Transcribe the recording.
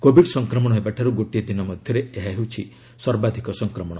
Covid ସଫକ୍ମଣ ହେବାଠାରୂ ଗୋଟିଏ ଦିନ ମଧ୍ୟରେ ଏହା ହେଉଛି ସର୍ବାଧିକ ସଂକ୍ମଣ